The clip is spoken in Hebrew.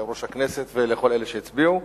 ליושב-ראש הכנסת ולכל אלה שהצביעו.